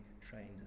trained